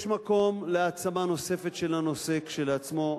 יש מקום להעצמה נוספת של הנושא כשלעצמו,